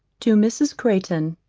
to mrs. crayton.